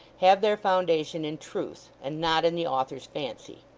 have their foundation in truth, and not in the author's fancy.